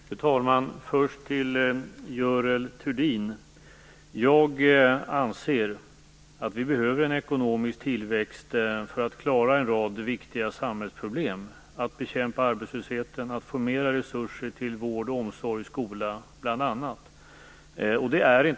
Fru talman! Först vänder jag mig till Görel Thurdin. Jag anser att vi behöver en ekonomisk tillväxt för att klara en rad viktiga samhällsproblem, bl.a. att bekämpa arbetslösheten och att få mera resurser till vård, omsorg och skola.